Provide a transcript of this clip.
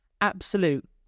absolute